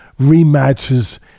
rematches